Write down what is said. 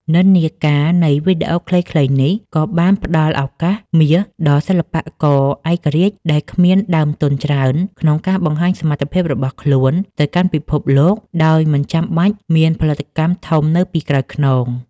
និន្នាការនៃវីដេអូខ្លីៗនេះ ក៏បានផ្ដល់ឱកាសមាសដល់សិល្បករឯករាជ្យដែលគ្មានដើមទុនច្រើន ក្នុងការបង្ហាញសមត្ថភាពរបស់ខ្លួនទៅកាន់ពិភពលោកដោយមិនចាំបាច់មានផលិតកម្មធំនៅពីក្រោយខ្នង។